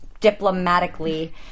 diplomatically